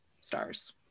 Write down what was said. stars